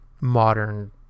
modern